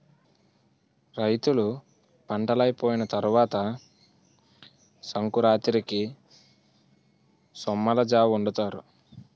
రైతులు పంటలైపోయిన తరవాత సంకురాతిరికి సొమ్మలజావొండుతారు